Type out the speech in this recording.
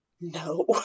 No